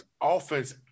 offense